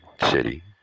City